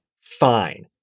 Fine